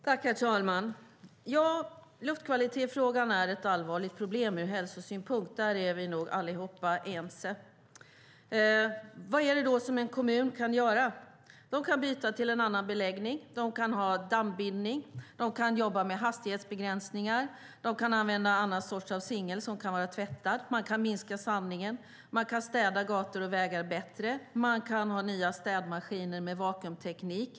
Herr talman! Ja, luftkvalitetsfrågan är ett allvarligt problem ur hälsosynpunkt. Där är vi nog ense allihop. Vad kan då en kommun göra? Man kan byta till en annan beläggning. Man kan ha dammbindning. Man kan jobba med hastighetsbegränsningar. Man kan använda en annan sorts singel, som kan vara tvättad. Man kan minska sandningen. Man kan städa gator och vägar bättre. Man kan ha nya städmaskiner med vakuumteknik.